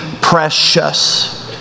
precious